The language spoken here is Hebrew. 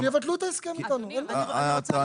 שיבטלו את ההסכם איתנו, אין